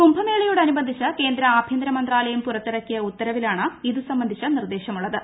കുംഭമേളയോടനുബന്ധിച്ച് കേന്ദ്ര ആഭ്യന്തര മന്ത്രാലയം പുറത്തിറക്കിയ ഉത്തരവിലാണ് ഇത് സംബന്ധിച്ച നിർദ്ദേശമുള്ളത്